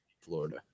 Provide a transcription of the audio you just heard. Florida